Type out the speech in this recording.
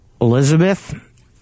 Elizabeth